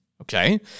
Okay